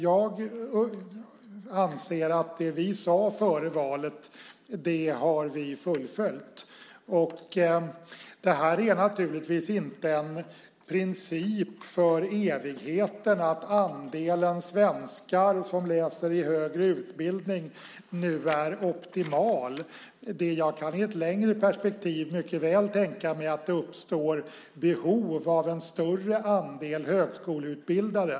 Jag anser att vi har fullföljt det vi sade före valet. Det är naturligtvis inte en princip för evigheten att andelen svenskar som läser i högre utbildning nu är optimal. Jag kan i ett längre perspektiv mycket väl tänka mig att det uppstår behov av en större andel högskoleutbildade.